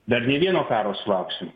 dar ne vieno karo sulauksim